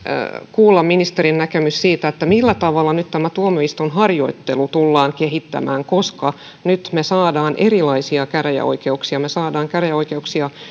kuulla ministerin näkemyksen siitä millä tavalla nyt tuomioistuinharjoittelua tullaan kehittämään koska nyt me saamme erilaisia käräjäoikeuksia me saamme käräjäoikeuksia